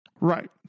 Right